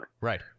Right